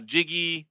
Jiggy